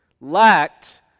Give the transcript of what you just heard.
lacked